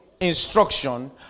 Instruction